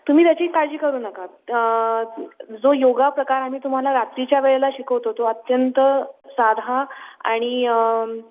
तुम्ही त्याची काळजी करू नका जो योग प्रकार आम्ही तुम्हाला रात्रीच्या वेळेला शिकवतो तो अत्यंत साधा आणि